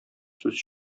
сүз